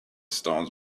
stones